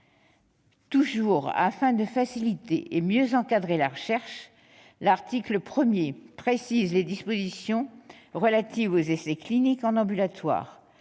Toujours afin de faciliter et mieux encadrer la recherche, l'article 1 précise les dispositions relatives aux essais cliniques en ambulatoire,